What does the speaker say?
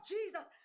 Jesus